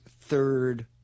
third